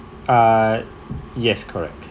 uh yes correct